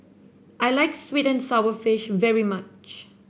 I like sweet and sour fish very much